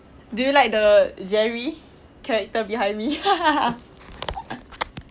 do you like the jerry character behind me